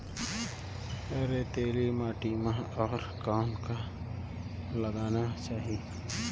रेतीली माटी म अउ कौन का लगाना चाही?